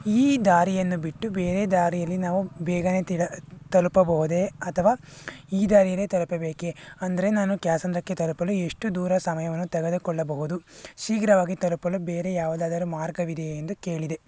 ಈ ದಾರಿಯನ್ನು ಬಿಟ್ಟು ಬೇರೆ ದಾರಿಯಲ್ಲಿ ನಾವು ಬೇಗನೇ ತಿಳ ತಲುಪಬಹುದೇ ಅಥವಾ ಈ ದಾರೀನೇ ತಲುಪಬೇಕೇ ಅಂದರೆ ನಾನು ಕ್ಯಾತಸಂದ್ರಕ್ಕೆ ತಲುಪಲು ಎಷ್ಟು ದೂರ ಸಮಯವನ್ನು ತೆಗೆದುಕೊಳ್ಳಬಹುದು ಶೀಘ್ರವಾಗಿ ತಲುಪಲು ಬೇರೆ ಯಾವುದಾದರೂ ಮಾರ್ಗವಿದೆಯೇ ಎಂದು ಕೇಳಿದೆ